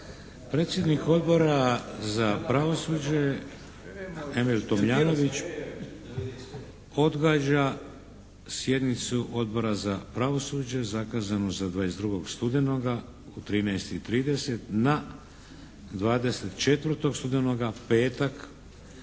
Predsjednik Odbora za pravosuđe Emil Tomljanović odgađa sjednicu Odbora za pravosuđe zakazanu za 22. studenoga u 13 i 30 na 24. studenoga, petak